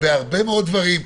בהרבה דברים.